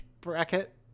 bracket